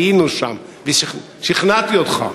היינו שם, ושכנעתי אותך.